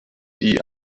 die